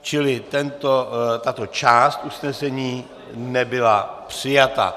Čili tato část usnesení nebyla přijata.